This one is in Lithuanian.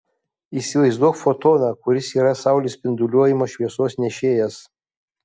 įsivaizduok fotoną kuris yra saulės spinduliuojamos šviesos nešėjas